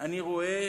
אני רואה